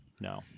No